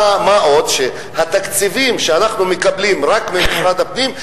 מה עוד שאת התקציבים אנחנו מקבלים רק ממשרד הפנים,